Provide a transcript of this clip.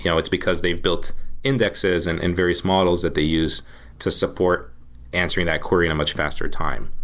you know it's because they've built indexes and and various models that they use to support answering that query in a much faster time.